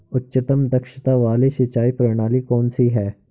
उच्चतम दक्षता वाली सिंचाई प्रणाली कौन सी है?